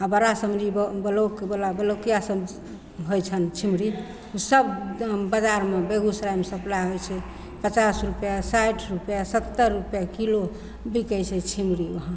बड़ा सबजी ब्लॉकवला ब्लॉकिआ सबजी होइ छनि छिमरी ओसब बजारमे बेगूसरायमे सप्लाइ होइ छै पचास रुपैआ साठि रुपैआ सत्तरि रुपैआ किलो बिकै छै छिमरी वहाँ